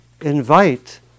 invite